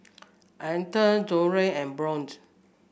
Althea Julio and Bjorn